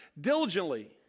diligently